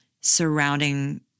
surrounding